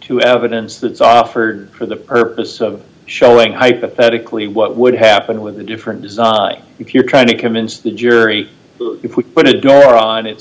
to evidence that's offered for the purpose of showing hypothetically what would happen with a different design if you're trying to convince the jury you put a door on it's